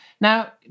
Now